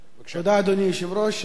תודה, אדוני היושב-ראש.